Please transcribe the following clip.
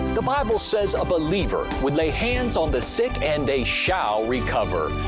the bible says a believer would lay hands on the sick and they shall recover.